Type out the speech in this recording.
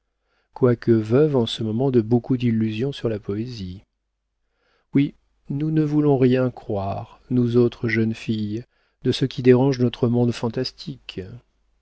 quoique veuve en ce moment de beaucoup d'illusions sur la poésie oui nous ne voulons rien croire nous autres jeunes filles de ce qui dérange notre monde fantastique